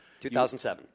2007